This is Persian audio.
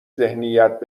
ذهنیت